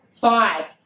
Five